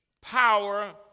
power